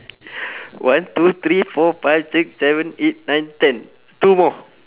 one two three four five six seven eight nine ten two more